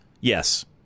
Yes